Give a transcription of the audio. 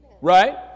Right